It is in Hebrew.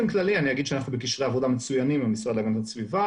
אנחנו בקשרי עבודה מצוינים עם המשרד להגנת הסביבה,